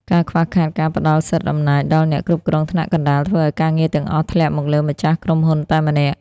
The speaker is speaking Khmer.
ការខ្វះខាតការផ្ដល់សិទ្ធិអំណាច ដល់អ្នកគ្រប់គ្រងថ្នាក់កណ្ដាល ធ្វើឱ្យការងារទាំងអស់ធ្លាក់មកលើម្ចាស់ក្រុមហ៊ុនតែម្នាក់។